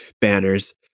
banners